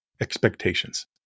Expectations